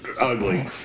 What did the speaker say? ugly